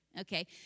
okay